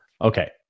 Okay